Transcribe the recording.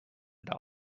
doll